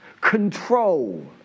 control